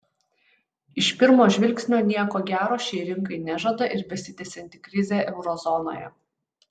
iš pirmo žvilgsnio nieko gero šiai rinkai nežada ir besitęsianti krizė euro zonoje